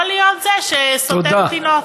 לא להיות זה שסותם פינות.